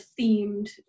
themed